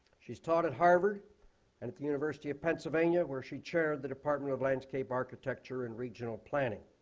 she's taught at harvard and at the university of pennsylvania, where she chaired the department of landscape, architecture, and regional planning.